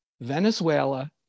venezuela